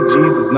Jesus